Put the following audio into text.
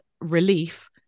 relief